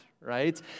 right